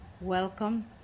Welcome